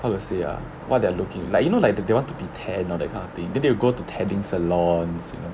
how to say ah what they're looking like you know like they~ they want to be tan all that kind of thing then they will go to tanning salons you know